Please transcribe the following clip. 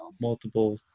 multiple